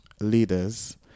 leaders